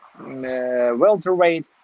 welterweight